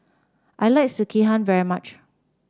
I like Sekihan very much